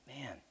Man